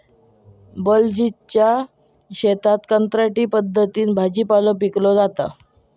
बलजीतच्या शेतात कंत्राटी पद्धतीन भाजीपालो पिकवलो जाता